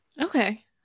Okay